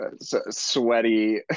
sweaty